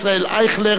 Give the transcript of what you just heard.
ישראל אייכלר,